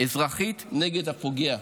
אזרחית נגד הפוגע.